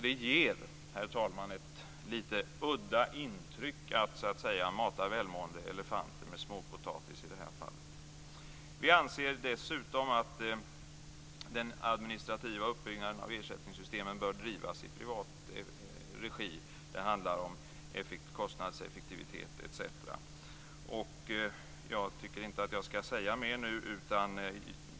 Det ger, herr talman, ett lite udda intryck att mata välmående elefanter med småpotatis i det här fallet. Vi anser dessutom att den administrativa uppbyggnaden av ersättningssystemen bör drivas i privat regi. Det handlar om kostnadseffektivitet etc.